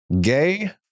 gay